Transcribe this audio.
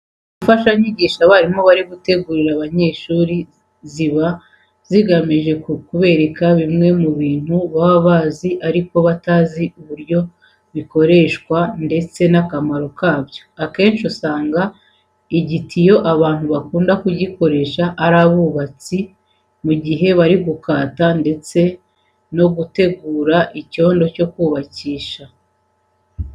Imfashanyigisho abarimu bategurira abanyeshuri ziba zigamije kuberaka bimwe mu bintu baba bazi ariko batazi uburyo bikoreshwa ndetse n'akamaro kabyo. Akenshi usanga igitiyo abantu bakunda kugikoresha ari abubatsi mu gihe bari gukata ndetse no guterura icyondo cyo kubakisha.